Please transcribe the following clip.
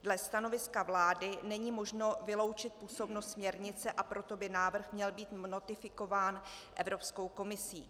Dle stanoviska vlády není možno vyloučit působnost směrnice, a proto by návrh měl být notifikován Evropskou komisí.